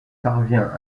parvient